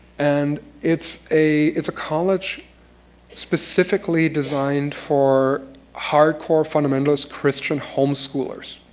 and it's a it's a college specifically designed for hardcore fundamentalist christian home-schoolers.